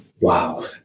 Wow